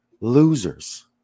losers